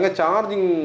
charging